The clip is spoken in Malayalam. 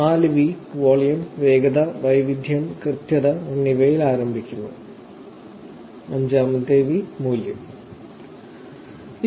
4 വി വോളിയം വേഗത വൈവിധ്യം കൃത്യത എന്നിവയിൽ ആരംഭിക്കുന്നു അഞ്ചാമത്തെ വി മൂല്യം ആണ്